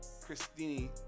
Christine